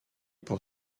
pour